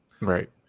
right